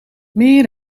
meer